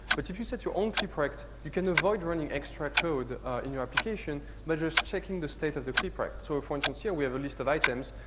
but if you set your own cliprect, you can avoid running extra code in your application by just checking the state of the cliprect. so, for instance, here we have a list of items.